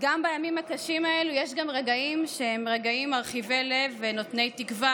גם בימים הקשים האלה יש רגעים שהם רגעים מרחיבי לב ונותני תקווה,